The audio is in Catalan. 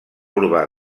urbà